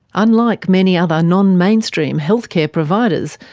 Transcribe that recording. unlike many other non-mainstream healthcare providers,